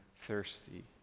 thirsty